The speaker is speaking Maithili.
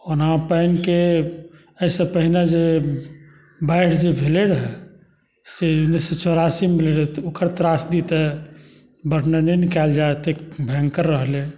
ओना पानिके एहिसँ पहिने जे बाढ़ि जे भेलै रहै से उनैस सओ चौरासीमे भेल रहै ओकर त्रासदी तऽ वर्णने नहि कएल जाए एतेक भयङ्कर रहलै